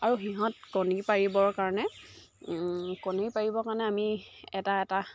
আৰু সিহঁত কণী পাৰিবৰ কাৰণে কণী পাৰিবৰ কাৰণে আমি এটা এটা